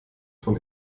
von